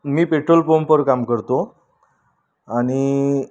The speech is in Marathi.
मी पेट्रोल पंपवर काम करतो आणि